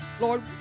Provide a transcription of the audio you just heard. Lord